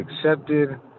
accepted